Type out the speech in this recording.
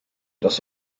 das